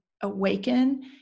awaken